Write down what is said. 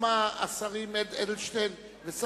התשס"ט 2009, לא